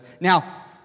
Now